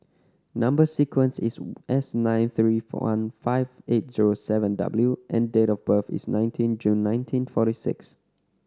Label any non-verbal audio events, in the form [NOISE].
number sequence is S nine three [UNINTELLIGIBLE] five eight zero seven W and date of birth is nineteen June nineteen forty six